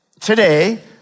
today